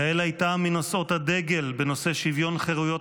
יעל הייתה מנושאות הדגל בנושא שוויון חירויות